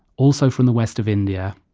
also from the west of india,